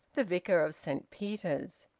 the vicar of saint peter's.